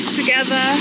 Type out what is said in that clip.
together